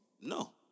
No